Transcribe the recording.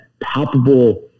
palpable